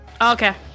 okay